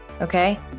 okay